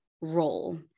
role